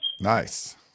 Nice